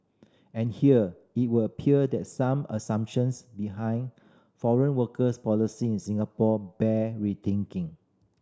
and here it would appear that some assumptions behind foreign worker policies in Singapore bear rethinking